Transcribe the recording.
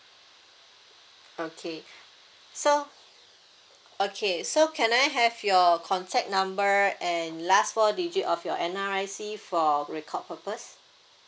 okay so okay so can I have your contact number and last four digit of your N_R_I_C for record purpose